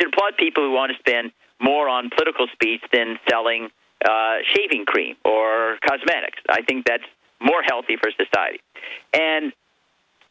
implied people who want to spend more on political speech than telling shaving cream or cosmetics i think that's more healthy for society and